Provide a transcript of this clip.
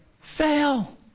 fail